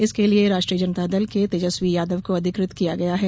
इसके लिए राष्ट्रीय जनता दल के तेजस्वी यादव को अधिकृत किया गया है